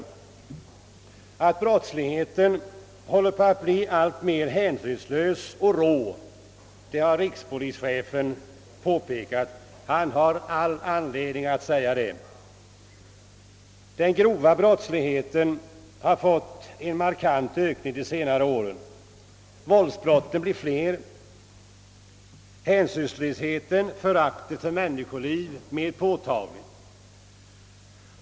Rikspolischefen har påpekat att brottsligheten håller på att bli alltmer hänsynslös och rå. Han har all anledning därtill. Den grova brottsligheten har ökat markant de senare åren. Våldsbrotten blir fler, hänsynslösheten och föraktet för människoliv är påtagliga.